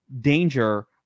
danger